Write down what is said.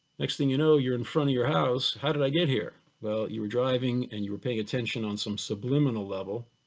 next thing you know you're in front of your house, how did i get here? well, you were driving and you were paying attention on some subliminal level,